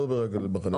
לא רק על מחנה יהודה,